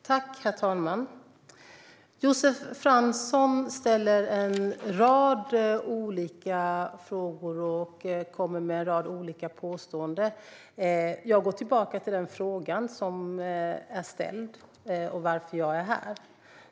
Herr talman! Josef Fransson ställer en rad olika frågor och kommer med en rad olika påståenden. Jag går tillbaka till den fråga som är ställd och som är anledningen till att jag är här i dag.